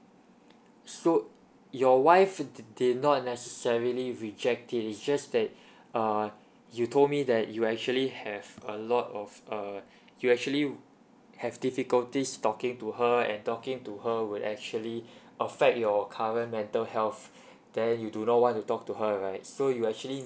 so your wife did did not necessarily reject it it's just that uh you told me that you actually have a lot of err you actually have difficulties talking to her and talking to her would actually affect your current mental health then you do not want to talk to her right so you actually